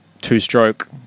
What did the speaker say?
two-stroke